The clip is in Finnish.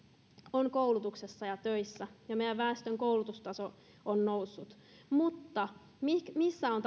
on koulutuksessa ja töissä ja meidän väestön koulutustaso on noussut mutta eriarvoistumista on